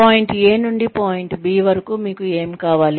point A నుండి point B వరకు మీకు ఏమి కావాలి